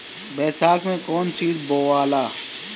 बैसाख मे कौन चीज बोवाला?